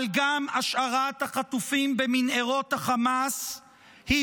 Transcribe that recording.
אבל גם השארת החטופים במנהרות החמאס היא